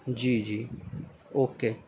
جی جی اوکے